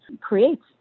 creates